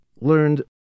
learned